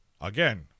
again